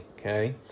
okay